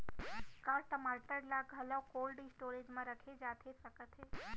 का टमाटर ला घलव कोल्ड स्टोरेज मा रखे जाथे सकत हे?